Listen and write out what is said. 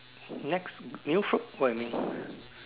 next new food what you mean